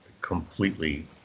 completely